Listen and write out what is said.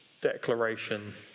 declaration